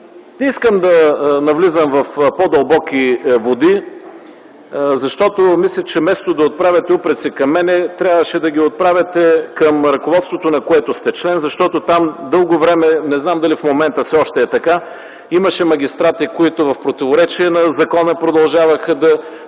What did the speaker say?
искам да навлизам в по-дълбоки води, защото мисля, че вместо да отправяте упреци към мен, трябваше да ги отправяте към ръководството, на което сте член, защото там дълго време (не знам дали в момента все още е така) имаше магистрати, които в противоречие на закона продължаваха да